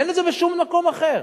אין את זה בשום מקום אחר.